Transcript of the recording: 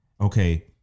okay